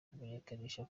kumenyekanisha